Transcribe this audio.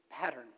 pattern